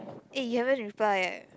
eh you haven't reply eh